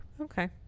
Okay